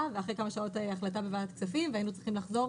ואחרי כמה שעות החלטה בוועדת כספים והיינו צריכים לחזור